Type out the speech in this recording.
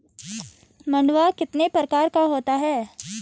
मंडुआ कितने प्रकार का होता है?